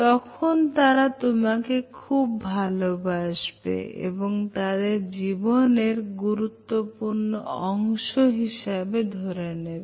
তখন তারা তোমাকে খুব ভালবাসবে এবং তাদের জীবনের 1 গুরুত্বপূর্ণ অংশ হিসেবে ধরে নেবে